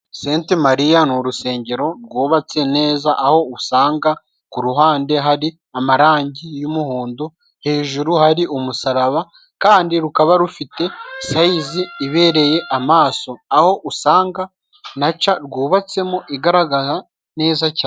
Senti Mariya ni urusengero rwubatse neza aho usanga kuruhande hari amarangi y'umuhondo hejuru hari umusaraba kandi rukaba rufite sayizi ibereye amaso aho usanga naca rwubatsemo igaragara neza cyane.